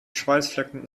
schweißflecken